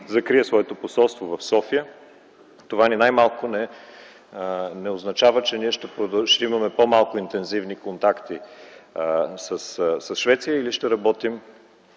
закрие своето посолство в София, това ни най-малко не означава, че ние ще имаме по-малко интензивни контакти с Швеция или ще работим